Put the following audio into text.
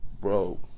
bro